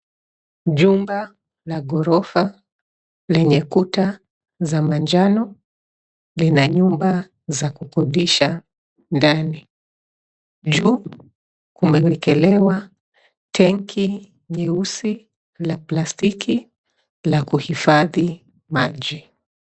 Jumba la ghorofa lenye kuta za manjano lina nyumba za kukodisha ndani. Juu kumewekelewa tenki nyeusi la plastiki la kuhifadhi maji.